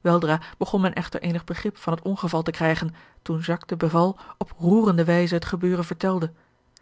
weldra begon men echter eenig begrip van het ongeval te krijgen toen jacques de beval op roerende wijze het gebeurde vertelde